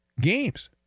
games